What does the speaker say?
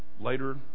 later